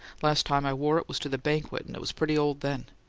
last time i wore it was to the banquet, and it was pretty old then.